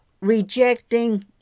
rejecting